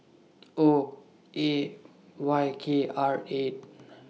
O A Y K R eight